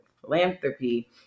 philanthropy